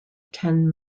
ten